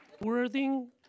Worthing